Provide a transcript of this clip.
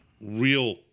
real